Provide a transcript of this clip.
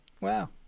Wow